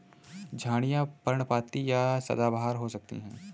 झाड़ियाँ पर्णपाती या सदाबहार हो सकती हैं